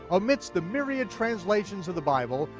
amidst the myriad translations of the bible,